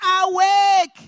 Awake